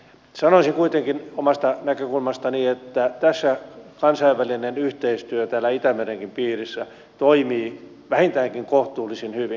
sanoisin kuitenkin omasta näkökulmastani että tässä kansainvälinen yhteistyö täällä itämerenkin piirissä toimii vähintäänkin kohtuullisen hyvin